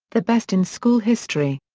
the best in school history.